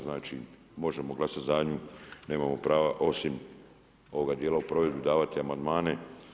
Znači, možemo glasati za nju, nemamo prava, osim ovoga dijela o provedbi, davati amandmane.